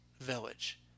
village